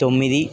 తొమ్మిది